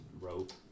rope